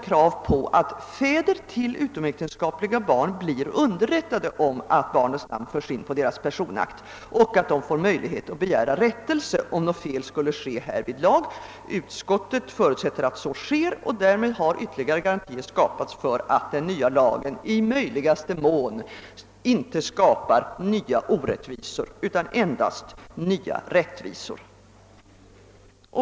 krav på att fäder till utomäktenskapliga barn blir underrättade om att barnets namn förs in på deras personakt så att de får möjlighet att begära rättelse om något fel skulle ha uppstått. Utskottet förutsätter att så sker, och därmed har ytterligare garantier skapats för att den nya lagen i möjligaste mån inte skapar nya orättvisor utan endast nya rättvisor.